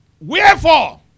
wherefore